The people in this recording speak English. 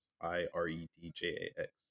I-R-E-D-J-A-X